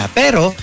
pero